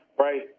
Right